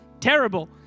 Terrible